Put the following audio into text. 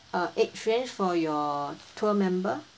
uh age range for your tour member